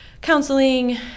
counseling